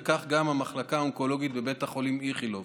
וכך גם במחלקה האונקולוגית בבית חולים איכילוב.